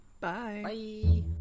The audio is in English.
Bye